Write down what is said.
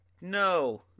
No